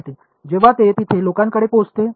विद्यार्थीः जेव्हा ते तिथे लोकांमध्ये पोहोचते